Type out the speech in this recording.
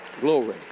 Glory